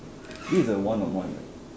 this is a one on one right